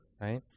right